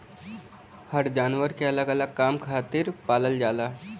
हर जानवर के अलग अलग काम खातिर पालल जाला